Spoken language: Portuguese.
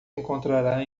encontrará